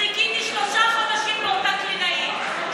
חיכיתי שלושה חודשים לאותה קלינאית,